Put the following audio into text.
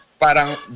parang